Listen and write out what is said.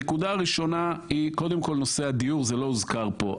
הנקודה הראשונה זה נושא הדיור וזה לא הוזכר פה.